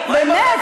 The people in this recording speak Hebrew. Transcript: באמת,